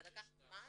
זה לקח זמן.